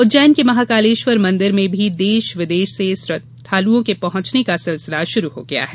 उज्जैन के महाकालेश्वर मंदिर में भी देश विदेश से श्रद्वालुओं के पहुंचने का सिलसिला शुरू हो गया है